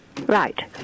Right